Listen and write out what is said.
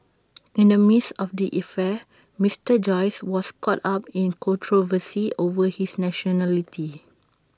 in the midst of the affair Mister Joyce was caught up in controversy over his nationality